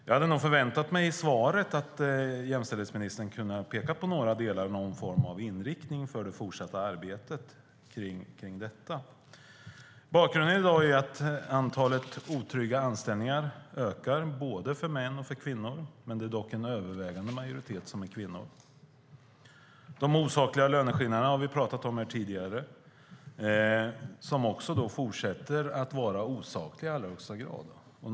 Jag hade nog förväntat mig att jämställdhetsministern i svaret hade kunnat peka på några delar och någon form av inriktning för det fortsatta arbetet kring detta. Bakgrunden är att antalet otrygga anställningar i dag ökar, både för män och för kvinnor. Men det är dock en övervägande majoritet som är kvinnor. De osakliga löneskillnaderna har vi talat om här tidigare, och de fortsätter i allra högsta grad att vara osakliga.